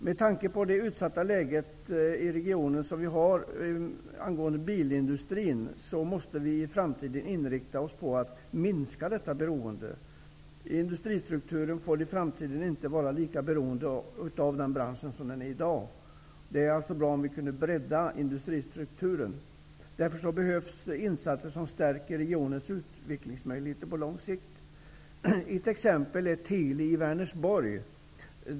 Med tanke på det utsatta läge som regionen har på grund av bilindustrins situation, måste vi i framtiden inrikta oss på att minska detta beroende. Industristrukturen får i framtiden inte vara lika beroende av den branschen som den är i dag. Det vore alltså bra om vi kunde bredda industristrukturen. Därför behövs insatser som stärker regionens utvecklingsmöjligheter på lång sikt. Ett exempel är Teli i Vänersborg.